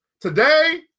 Today